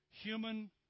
human